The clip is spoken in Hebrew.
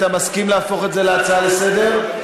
אתה מסכים להפוך את זה להצעה לסדר-היום?